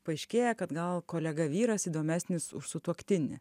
paaiškėja kad gal kolega vyras įdomesnis už sutuoktinį